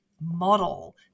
model